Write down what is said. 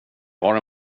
har